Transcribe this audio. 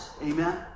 Amen